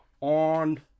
on